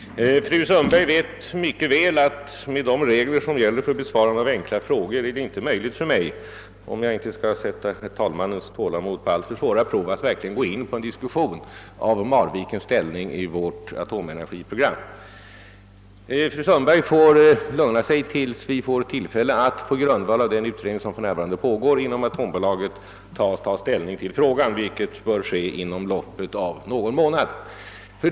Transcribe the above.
Herr talman! Fru Sundberg vet mycket väl att det enligt de regler som gäller för besvarande av enkla frågor inte är möjligt för mig — om jag inte skall sätta herr talmannens tålamod på alltför svåra prov — att verkligen gå in på en diskussion om Marvikens ställning i vårt atomenergiprogram. Fru Sundberg får lugna sig till dess att vi får tillfälle att på grundval av den utredning som för närvarande pågår inom atombolaget ta ställning till frågan, vilket bör ske inom loppet av någon månad.